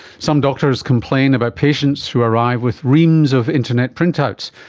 some doctors complain about patients who arrive with reams of internet printouts.